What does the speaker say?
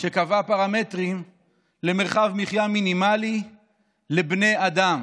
שקבעה פרמטרים למרחב מחיה מינימלי לבני אדם,